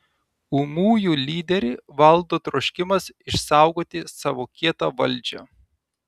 ūmųjų lyderį valdo troškimas išsaugoti savo kietą valdžią